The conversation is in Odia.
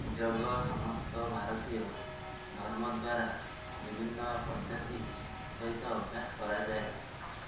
ଯୋଗ ସମସ୍ତ ଭାରତୀୟ ଧର୍ମ ଦ୍ୱାରା ବିଭିନ୍ନ ପଦ୍ଧତି ସହିତ ଅଭ୍ୟାସ କରାଯାଏ